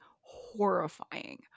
horrifying